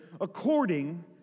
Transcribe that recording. according